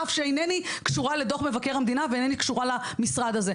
אף שאינני קשורה לדוח מבקר המדינה ואינני קשורה למשרד הזה.